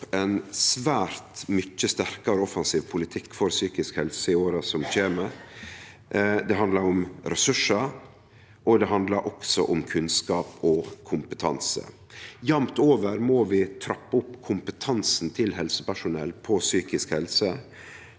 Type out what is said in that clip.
ein svært mykje sterkare og meir offensiv politikk for psykisk helse i åra som kjem. Det handlar om ressursar, og det handlar også om kunnskap og kompetanse. Jamt over må vi trappe opp kompetansen til helsepersonell på psykisk helse.